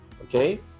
okay